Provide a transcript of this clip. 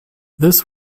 this